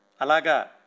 Alaga